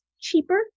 cheaper